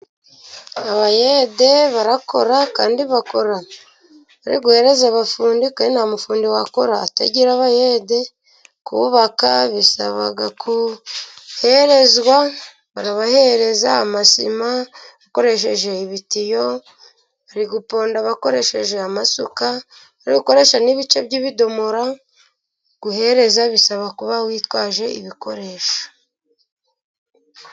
Abayede barakora kandi bakora bari guhereza abafundi kandi nta mufundi wakora atagira abayede, kubaka bisaba guherezwa barabahereza amasima bakoresheje ibitiyo, bari guponda bakoresheje amasuka, bari gukoresha n'ibice by'ibidomora, guhereza bisaba kuba witwaje ibikoresho.